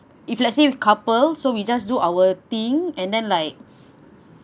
if let's say we couple so we just do our thing and then like